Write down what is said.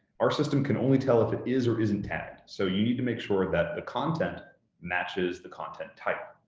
our system can only tell if it is or isn't tagged, so you need to make sure that the content matches the content type.